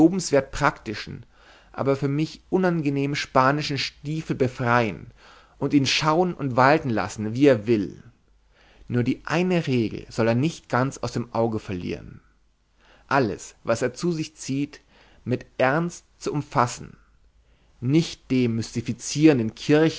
praktischen aber für mich unangenehm spanischen stiefel befreien und ihn schauen und walten lassen wie er will nur die eine regel soll er nicht ganz aus dem auge verlieren alles was er zu sich zieht mit ernst zu umfassen nicht dem